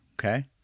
okay